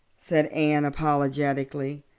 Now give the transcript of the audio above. said anne apologetically,